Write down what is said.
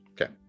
Okay